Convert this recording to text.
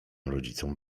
rodzicom